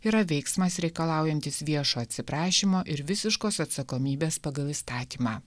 yra veiksmas reikalaujantis viešo atsiprašymo ir visiškos atsakomybės pagal įstatymą